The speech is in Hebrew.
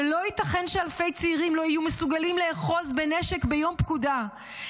ולא ייתכן שאלפי צעירים לא יהיו מסוגלים לאחוז בנשק ביום פקודה.